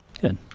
Good